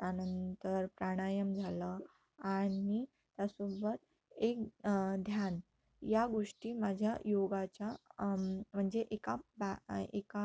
त्यानंतर प्राणायाम झालं आणि त्यासोबत एक ध्यान या गोष्टी माझ्या योगाच्या म्हणजे एका बा एका